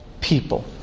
people